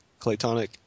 Claytonic